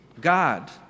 God